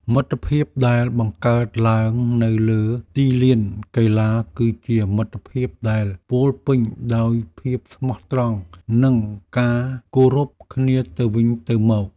មិត្តភាពដែលបង្កើតឡើងនៅលើទីលានកីឡាគឺជាមិត្តភាពដែលពោរពេញដោយភាពស្មោះត្រង់និងការគោរពគ្នាទៅវិញទៅមក។